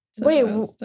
Wait